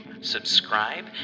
subscribe